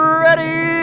ready